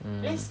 mm